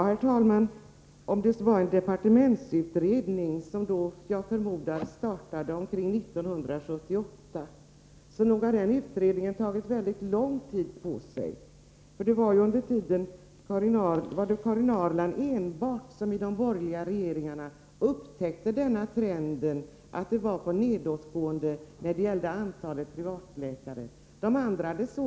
Herr talman! Om det var en departementsutredning som förmodligen startade omkring 1978, så har den utredningen tagit väldigt lång tid på sig. Det var tydligen enbart Karin Ahrland i de borgerliga regeringarna som upptäckte att trenden när det gällde privatläkare var nedåtgående.